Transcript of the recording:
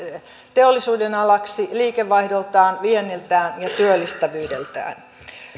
teollisuudenalaksi liikevaihdoltaan vienniltään ja työllistävyydeltään